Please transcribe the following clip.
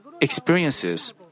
experiences